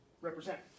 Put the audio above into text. represent